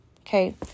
okay